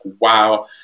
wow